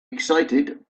excited